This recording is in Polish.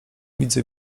widzę